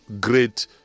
great